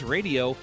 Radio